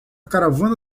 caravana